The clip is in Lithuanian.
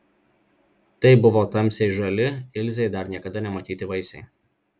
tai buvo tamsiai žali ilzei dar niekada nematyti vaisiai